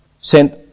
Sent